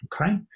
okay